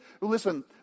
Listen